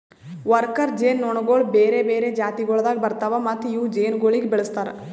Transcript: worker ಜೇನುನೊಣಗೊಳ್ ಬೇರೆ ಬೇರೆ ಜಾತಿಗೊಳ್ದಾಗ್ ಬರ್ತಾವ್ ಮತ್ತ ಇವು ಜೇನುಗೊಳಿಗ್ ಬಳಸ್ತಾರ್